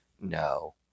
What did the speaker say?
no